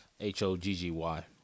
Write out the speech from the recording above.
H-O-G-G-Y